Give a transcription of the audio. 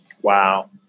Wow